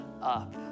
Up